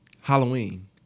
Halloween